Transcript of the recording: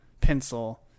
pencil